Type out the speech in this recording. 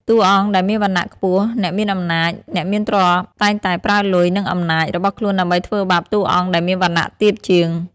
តួអង្គដែលមានវណ្ណៈខ្ពស់ អ្នកមានអំណាច អ្នកមានទ្រព្យ តែងតែប្រើលុយ និងអំណាច របស់ខ្លួនដើម្បីធ្វើបាបតួអង្គដែលមានវណ្ណៈទាបជាង។